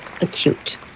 acute